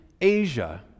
Asia